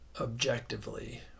objectively